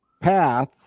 Path